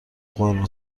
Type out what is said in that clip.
قورمه